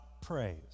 praise